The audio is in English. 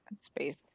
space